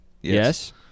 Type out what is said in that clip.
Yes